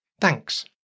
Thanks